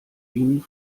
ihnen